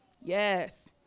Yes